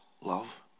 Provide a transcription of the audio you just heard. love